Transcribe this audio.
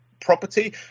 property